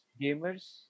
gamers